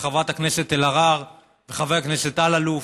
חברת הכנסת אלהרר וחבר הכנסת אלאלוף.